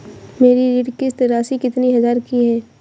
मेरी ऋण किश्त राशि कितनी हजार की है?